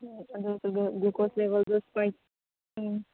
ꯎꯝ ꯑꯗꯨꯗꯨꯒ ꯒ꯭ꯂꯨꯀꯣꯁ ꯂꯦꯕꯦꯜꯗꯨ ꯎꯝ